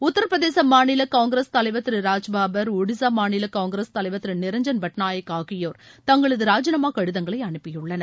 உத்தரப்பிரதேச மாநில காங்கிரஸ் தலைவர் திரு ராஜ் பாபர் ஒடிஷா மாநில காங்கிரஸ் தலைவர் திரு நிரஞ்சன் பட்நாயக் ஆகியோர் தங்களது ராஜினாமா கடிதங்களை அனுப்பியுள்ளனர்